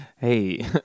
Hey